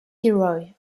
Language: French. roy